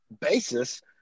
basis